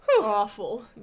awful